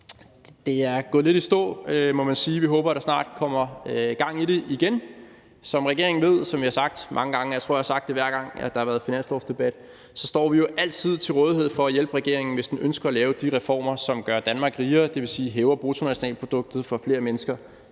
Det er gået lidt i stå, må man sige. Vi håber, at der snart kommer gang i det igen. Som regeringen ved, og som jeg har sagt mange gange – jeg tror, jeg har sagt det, hver gang der har været finanslovsdebat – står vi jo altid til rådighed for at hjælpe regeringen, hvis den ønsker at lave de reformer, som gør Danmark rigere, dvs. hæver bruttonationalproduktet og får flere mennesker